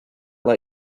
let